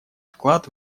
вклад